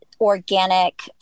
organic